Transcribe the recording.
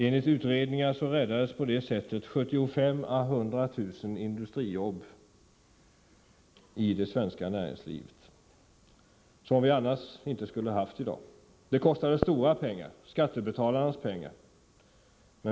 Enligt utredningar räddades på det sättet 75 000 å 100 000 industrijobb, som vi annars inte skulle ha haft i dag. Det kostade stora pengar, skattebetalarnas pengar.